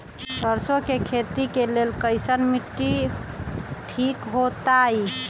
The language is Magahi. सरसों के खेती के लेल कईसन मिट्टी ठीक हो ताई?